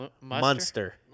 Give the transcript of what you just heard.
monster